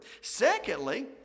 Secondly